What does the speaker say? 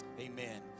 Amen